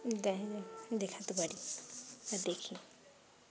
দেখ দেখা ত বাড়ি আর দেখি